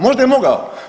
Možda je mogao.